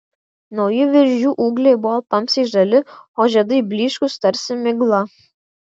nauji viržių ūgliai buvo tamsiai žali o žiedai blyškūs tarsi migla